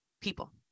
people